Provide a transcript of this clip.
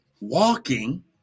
walking